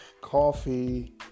coffee